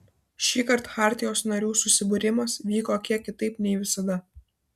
šįkart chartijos narių susibūrimas vyko kiek kitaip nei visada